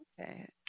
okay